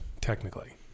technically